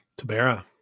Tabera